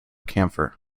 camphor